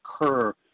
occur